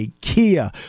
Kia